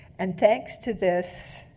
and thanks to this,